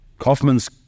Kaufman's